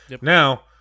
Now